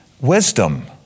Wisdom